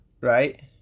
right